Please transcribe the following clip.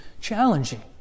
challenging